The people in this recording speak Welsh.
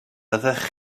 byddech